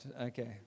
okay